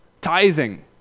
tithing